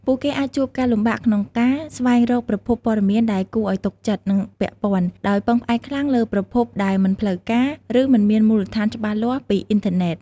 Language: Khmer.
ពួកគេអាចជួបការលំបាកក្នុងការស្វែងរកប្រភពព័ត៌មានដែលគួរឱ្យទុកចិត្ត និងពាក់ព័ន្ធ ដោយពឹងផ្អែកខ្លាំងលើប្រភពដែលមិនផ្លូវការ ឬមិនមានមូលដ្ឋានច្បាស់លាស់ពីអុីនធឺណេត។